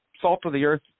salt-of-the-earth